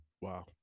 Wow